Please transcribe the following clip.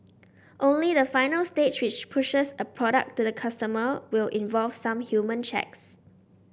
only the final stage which pushes a product to the customer will involve some human checks